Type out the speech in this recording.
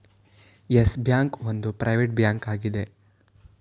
Yes Bank ಒಂದು private bank ಆಗಿದೆ